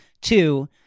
Two